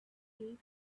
gate